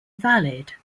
valid